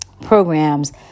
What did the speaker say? programs